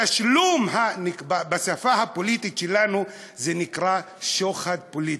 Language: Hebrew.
התשלום, בשפה הפוליטית שלנו נקרא שוחד פוליטי.